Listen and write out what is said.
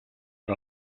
per